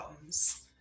comes